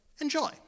Enjoy